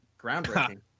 Groundbreaking